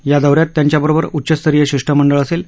या दौऱ्यात त्यांच्याबरोबर उच्चस्तरीय शिष् मंडळ असेल